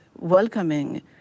welcoming